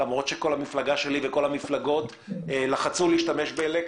למרות שכל המפלגה שלי וכל המפלגות לחצו להשתמש בה.